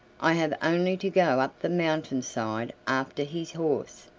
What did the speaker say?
i have only to go up the mountain-side after his horse.